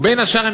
בין השאר,